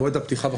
הפתיחה בחקירה.